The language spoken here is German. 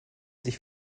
sich